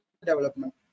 development